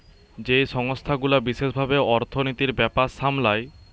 যেই সংস্থা গুলা বিশেষ ভাবে অর্থনীতির ব্যাপার সামলায়